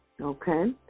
okay